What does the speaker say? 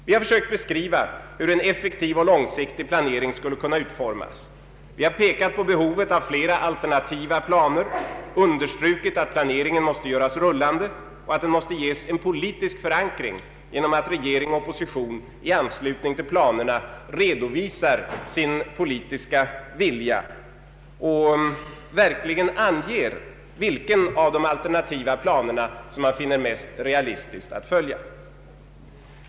Vi har försökt beskriva hur en effektiv och långsiktig planering skulle kunna utformas. Vi har pekat på behovet av flera alternativa planer, understrukit att planeringen måste göras rullande och att den måste ges en politisk förankring genom att regering och opposition i anslutning till planerna redovisar sin politiska vilja och verkligen anger vilken av de alternativa planerna som man finner mest realistisk och önskvärd att följa.